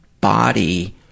body